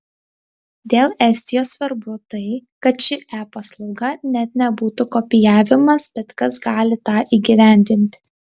dėl estijos svarbu tai kad ši e paslauga net nebūtų kopijavimas bet kas gali tą įgyvendinti